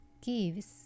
gives